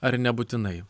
ar nebūtinai